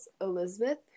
Elizabeth